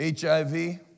HIV